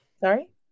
Sorry